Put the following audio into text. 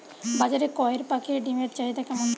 বাজারে কয়ের পাখীর ডিমের চাহিদা কেমন?